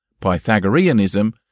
Pythagoreanism